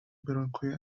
برانکوی